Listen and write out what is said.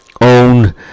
own